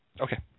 Okay